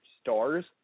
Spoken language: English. stars